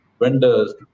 vendors